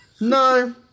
No